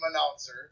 announcer